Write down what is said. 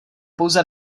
pouze